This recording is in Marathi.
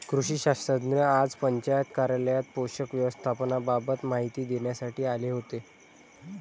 कृषी शास्त्रज्ञ आज पंचायत कार्यालयात पोषक व्यवस्थापनाबाबत माहिती देण्यासाठी आले होते